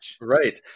right